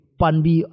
panbi